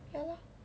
ya lor